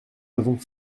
l’avons